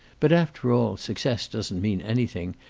but after all, success doesn't mean anything,